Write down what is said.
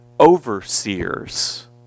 Overseers